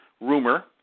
rumor